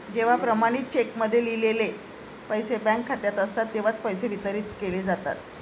जेव्हा प्रमाणित चेकमध्ये लिहिलेले पैसे बँक खात्यात असतात तेव्हाच पैसे वितरित केले जातात